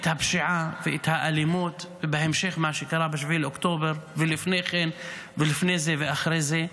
את הפשיעה ואת האלימות ובהמשך מה שקרה ב-7 באוקטובר ולפני כן ואחרי זה.